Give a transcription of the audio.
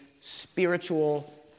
spiritual